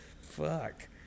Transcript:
Fuck